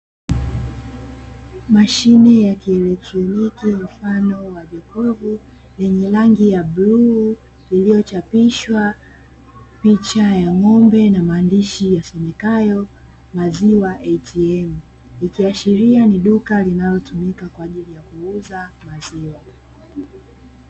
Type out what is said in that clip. Mashine ya kielektroniki mfano wa jokofu yenye rangi ya bluu, iliyochapishwa picha ya ng'ombe na maandishi yasomekayo "maziwa ATM", ikiashiria ni duka linalotumika kwa ajili ya kuuza maziwa.